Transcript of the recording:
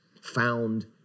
found